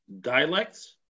Dialects